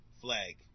flag